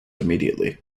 immediately